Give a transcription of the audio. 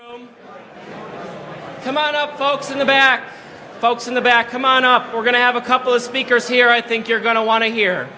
soon come on up folks in the back folks in the back come on up we're going to have a couple of speakers here i think you're going to want to hear